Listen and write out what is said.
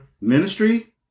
ministry